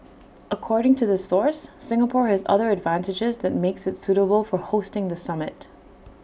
according to the source Singapore has other advantages that makes IT suitable for hosting the summit